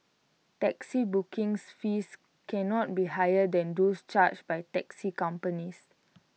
taxi booking fees cannot be higher than those charged by taxi companies